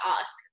ask